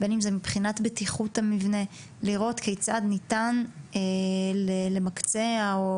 מבחינת בטיחות המבנה ולראות כיצד ניתן למקצע או